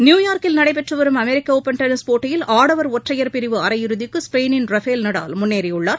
நியூயார்க்கில் நடைபெற்று வரும் அமெரிக்க ஒபன் டென்னிஸ் போட்டியில் ஆடவர் ஒற்றையர் பிரிவு அரையிறுதிக்கு ஸ்பெயினின் ரஃபேல் நடால் முன்னேறியுள்ளார்